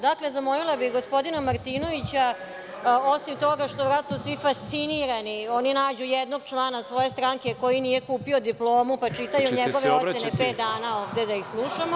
Dakle, zamolila bih gospodina Martinovića, osim toga što su svi verovatno fascinirani, oni nađu jednog člana svoje stranke koji nije kupio diplomu pa čitaju njegove ocene pet dana ovde da ih slušamo…